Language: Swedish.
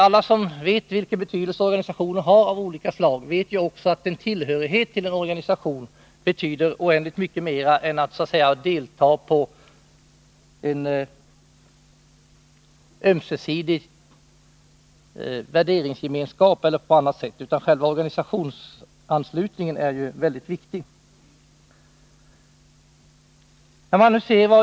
Alla som vet vilken betydelse organisationer av olika slag har vet också att tillhörighet till en organisation betyder oändligt mycket mera än om man deltar på grundval av en värderingsgemenskap eller på annat sätt. Själva organisationsanslutningen är ju mycket viktig.